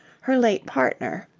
her late partner,